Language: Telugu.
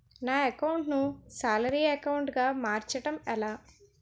నా అకౌంట్ ను సాలరీ అకౌంట్ గా మార్చటం ఎలా?